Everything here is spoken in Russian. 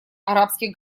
арабских